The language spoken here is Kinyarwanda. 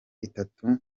itatu